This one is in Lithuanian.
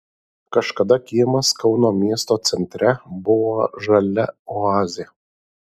kažkada kiemas kauno miesto centre buvo žalia oazė